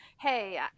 Hey